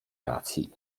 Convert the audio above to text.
racji